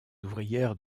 ouvrières